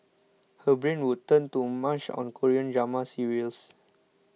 her brain would turn to mush on Korean drama serials